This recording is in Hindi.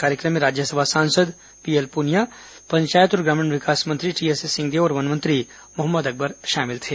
कार्यक्रम में राज्यसभा सांसद पीएलपुनिया पंचायत और ग्रामीण विकास मंत्री टीएस सिंहदेव और वन मंत्री मोहम्मद अकबर शामिल थे